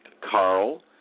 Carl